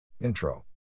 Intro